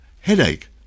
Headache